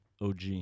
OG